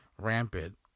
rampant